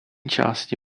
části